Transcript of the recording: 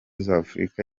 z’afurika